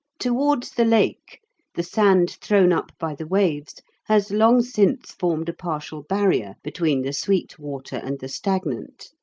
towards the lake the sand thrown up by the waves has long since formed a partial barrier between the sweet water and the stagnant,